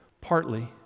Partly